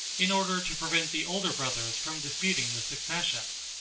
in order to prevent the older brothers from disputing the succession.